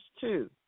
two